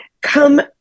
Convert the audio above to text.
come